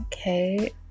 Okay